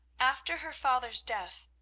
after her father's death,